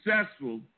successful